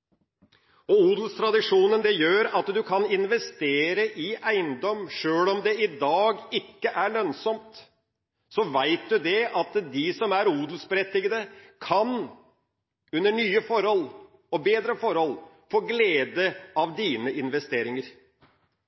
vesentlig. Odelstradisjonen gjør at du kan investere i eiendom. Sjøl om det i dag ikke er lønnsomt, vet du at de som er odelsberettigede, under nye og bedre forhold kan få glede av dine investeringer.